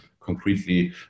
Concretely